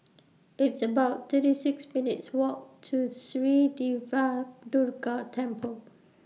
It's about thirty six minutes' Walk to Sri Diva Durga Temple